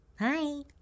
Hi